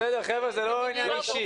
בסדר חבר'ה, זה לא עניין אישי.